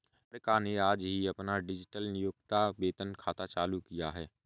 निहारिका ने आज ही अपना डिजिटल नियोक्ता वेतन खाता चालू किया है